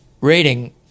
rating